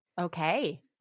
Okay